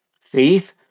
Faith